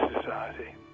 society